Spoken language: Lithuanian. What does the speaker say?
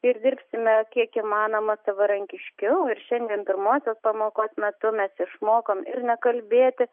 ir dirbsime kiek įmanoma savarankiškiau ir šiandien pirmosios pamokos metu mes išmokom ir nekalbėti